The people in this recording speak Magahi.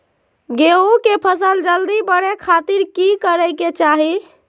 गेहूं के फसल जल्दी बड़े खातिर की करे के चाही?